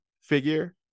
figure